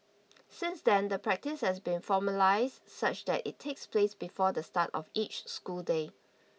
since then the practice has been formalised such that it takes place before the start of each school day